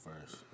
first